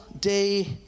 day